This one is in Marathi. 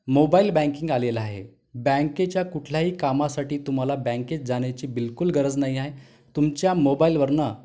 मोबाइल बँकिंग आलेलं आहे बँकेच्या कुठल्याही कामासाठी तुम्हाला बँकेत जाण्याची बिलकुल गरज नाही आहे तुमच्या मोबाइलवरून